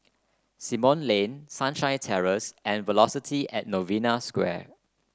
Simon Lane Sunshine Terrace and Velocity At Novena Square